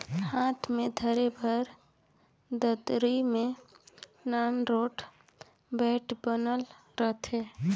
हाथ मे धरे बर दतरी मे नान रोट बेठ बनल रहथे